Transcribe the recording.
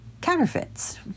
counterfeits